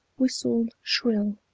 whistled shrill.